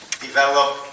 develop